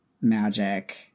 magic